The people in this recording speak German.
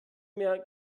mehr